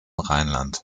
rheinland